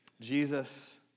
Jesus